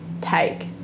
take